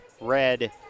red